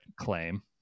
claim